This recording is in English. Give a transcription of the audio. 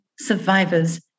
survivors